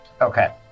Okay